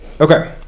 Okay